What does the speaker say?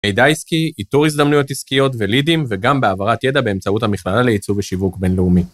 מידע עסקי, איתור הזדמנויות עסקיות ולידים וגם בהעברת ידע באמצעות המכללה לייצוא ושיווק בינלאומי.